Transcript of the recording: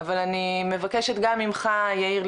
אבל אני מבקשת גם ממך יאיר,